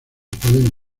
pueden